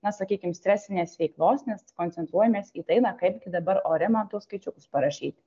na sakykim stresinės veiklos nes koncentruojamės į tai na kaipgi dabar ore man tuos skaičiukus parašyt